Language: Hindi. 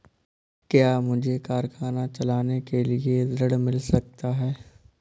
क्या मुझे कारखाना चलाने के लिए ऋण मिल सकता है?